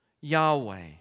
Yahweh